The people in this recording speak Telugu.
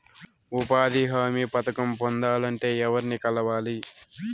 ఉపాధి హామీ పథకం పొందాలంటే ఎవర్ని కలవాలి?